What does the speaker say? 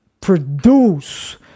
produce